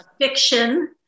fiction